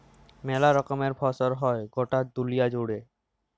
মেলা রকমের ফসল হ্যয় গটা দুলিয়া জুড়ে